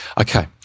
Okay